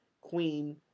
queen